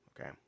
Okay